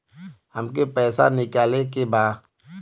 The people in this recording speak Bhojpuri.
हमके पैसा निकाले के बा